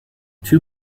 two